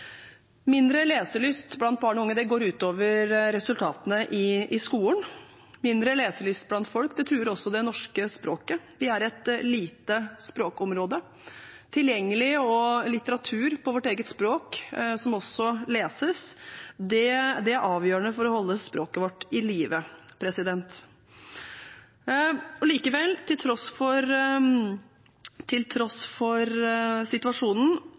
Mindre leselyst blant barn og unge går ut over resultatene i skolen. Mindre leselyst blant folk truer også det norske språket. Vi er et lite språkområde. Tilgjengelig litteratur på vårt eget språk, som også leses, er avgjørende for å holde språket vårt i live. Vi skulle egentlig vedtatt en språklov i dag, den blir utsatt til